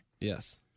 Yes